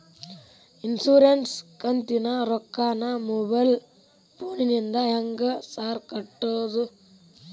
Insurance ಕಂತಿನ ರೊಕ್ಕನಾ mobile ಫೋನಿಂದ ಹೆಂಗ್ ಸಾರ್ ಕಟ್ಟದು?